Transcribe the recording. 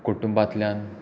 कुटुंबांतल्यान